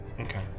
Okay